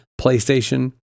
PlayStation